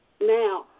Now